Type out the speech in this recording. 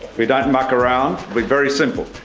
we don't muck around, we're very simple,